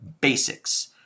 basics